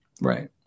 right